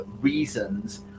reasons